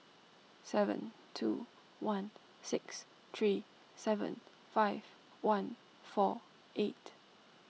seven two one six three seven five one four eight